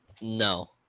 No